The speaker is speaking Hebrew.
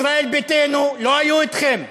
ישראל ביתנו לא היו איתכם.